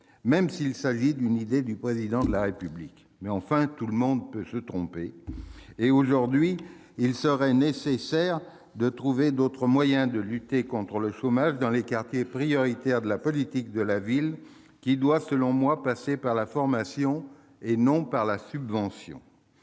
même s'il s'agit d'une idée du Président de la République- tout le monde peut se tromper. Aujourd'hui, il serait nécessaire de trouver d'autres moyens de lutter contre le chômage dans les quartiers prioritaires de la politique de la ville, ce qui doit, selon moi, passer par la formation et non par la subvention.